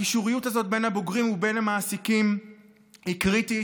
הקישוריות הזאת בין הבוגרים ובין המעסיקים היא קריטית,